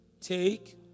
Take